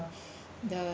the